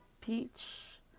peach